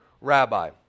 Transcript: rabbi